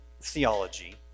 theology